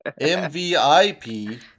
M-V-I-P